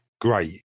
Great